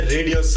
Radio